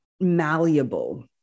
malleable